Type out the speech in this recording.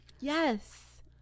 yes